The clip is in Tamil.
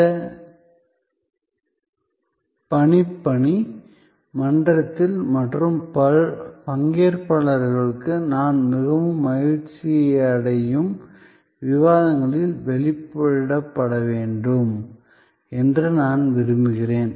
இந்த பணிப்பணி மன்றத்தில் மற்றும் பங்கேற்பாளருக்கு நான் மிகவும் மகிழ்ச்சியடையும் விவாதங்களில் வெளியிடப்பட வேண்டும் என்று விரும்புகிறேன்